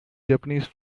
japanese